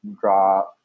draw